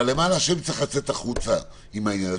אבל למען השם צריך לצאת החוצה עם העניין הזה.